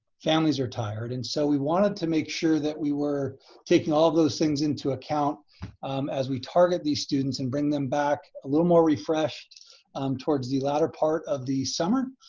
families are tired. and so we wanted to make sure that we were taking all those things into account as we target these students and bring them back a little more refreshed um towards the latter part of the summer.